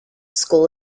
school